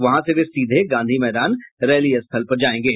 वहां से वे सीधे गांधी मैदान रैली स्थल पर जायेंगे